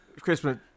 Christmas